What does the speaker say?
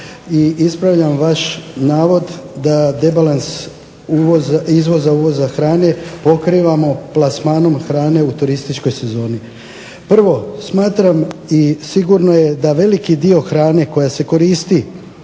i ispravljam vaš navod da debalans izvoza i uvoza hrane pokrivamo plasmanom hrane u turističkoj sezoni. Prvo, smatram i sigurno je da veliki dio hrane koja se koristi